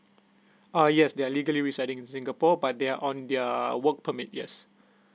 uh yes they are legally residing in singapore but they are on their work permit yes